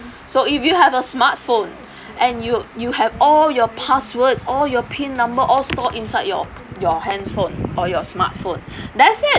so if you have a smartphone and you you have all your passwords all your pin number all stored inside your your handphone or your smartphone that's it